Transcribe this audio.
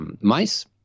mice